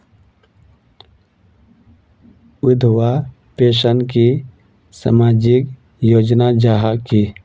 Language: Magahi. विधवा पेंशन की सामाजिक योजना जाहा की?